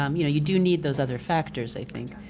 um you know you do need those other factors i think.